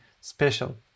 special